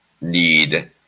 need